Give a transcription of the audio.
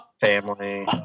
family